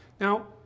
Now